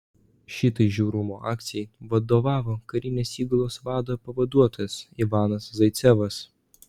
šitai žiaurumo akcijai vadovavo karinės įgulos vado pavaduotojas ivanas zaicevas